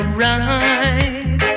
right